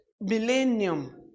millennium